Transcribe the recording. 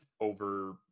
over